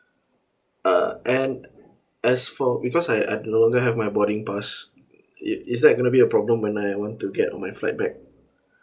uh and as for because I I no longer have my boarding pass is is that going to be a problem when I want to get on my flight back